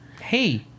Hey